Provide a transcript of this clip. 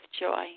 joy